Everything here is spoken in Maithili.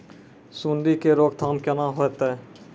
सुंडी के रोकथाम केना होतै?